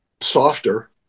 softer